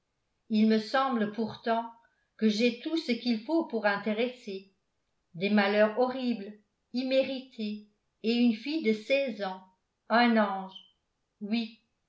il me semble pourtant que j'ai tout ce qu'il faut pour intéresser des malheurs horribles immérités et une fille de seize ans un ange oui